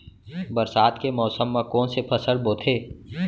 बरसात के मौसम मा कोन से फसल बोथे?